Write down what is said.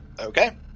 Okay